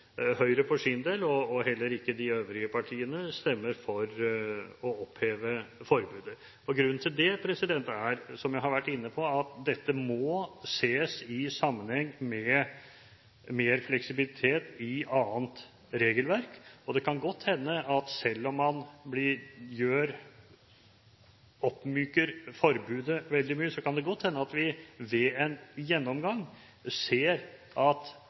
Høyre for sin del eller de øvrige partiene stemmer for å oppheve forbudet. Grunnen til det er, som jeg har vært inne på, at dette må ses i sammenheng med mer fleksibilitet i annet regelverk. Selv om man oppmyker forbudet veldig mye, kan det godt hende at vi ved en gjennomgang ser at